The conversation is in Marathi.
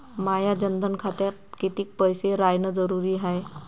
माया जनधन खात्यात कितीक पैसे रायन जरुरी हाय?